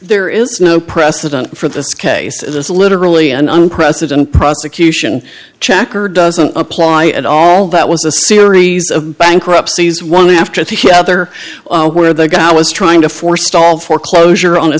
there is no precedent for this case it's literally an unprecedented prosecution checker doesn't apply at all that was a series of bankruptcies one after the other where the guy was trying to forestall foreclosure on